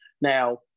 Now